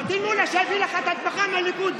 לפטין מולא שהביא לך את התמיכה מהליכוד,